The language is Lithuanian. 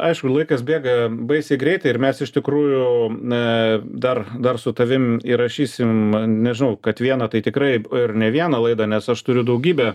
aišku laikas bėga baisiai greitai ir mes iš tikrųjų na dar dar su tavim įrašysim nežinau kad vieną tai tikrai ne ir vieną laidą nes aš turiu daugybę